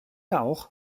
auch